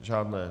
Žádné.